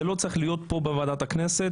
זה לא צריך להיות כאן בוועדת הכנסת.